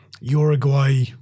Uruguay